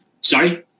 Sorry